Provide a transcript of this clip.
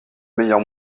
meilleur